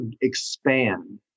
expand